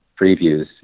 previews